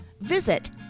Visit